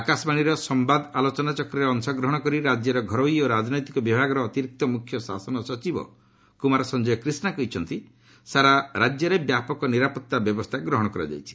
ଆକାଶବାଣୀର ଏକ ସମ୍ବାଦ ଆଲୋଚନାଚକ୍ରରେ ଅଂଶଗ୍ରହଣ କରି ରାଜ୍ୟର ଘରୋଇ ଓ ରାଜନୈତିକ ବିଭାଗର ଅତିରିକ୍ତ ମୁଖ୍ୟ ଶାସନ ସଚିବ କୁମାର ସଞ୍ଜୟ କ୍ରିଷ୍ଣା କହିଛନ୍ତି ସାରା ରାଜ୍ୟରେ ବ୍ୟାପକ ନିରାପତ୍ତା ବ୍ୟବସ୍ଥା ଗ୍ରହଣ କରାଯାଇଛି